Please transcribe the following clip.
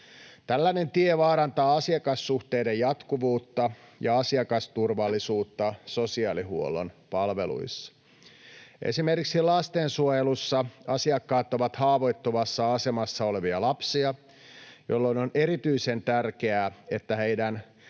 Tällainen tie vaarantaa asiakassuhteiden jatkuvuutta ja asiakasturvallisuutta sosiaalihuollon palveluissa. Esimerkiksi lastensuojelussa asiakkaat ovat haavoittuvassa asemassa olevia lapsia, jolloin on erityisen tärkeää, että heidän